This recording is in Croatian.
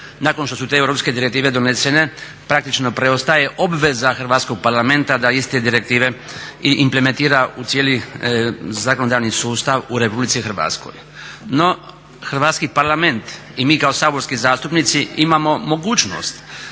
Hrvatski parlament i mi kao saborski zastupnici imamo mogućnost